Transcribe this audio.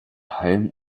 home